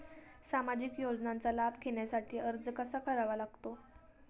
सामाजिक योजनांचा लाभ घेण्यासाठी अर्ज कसा करावा लागतो?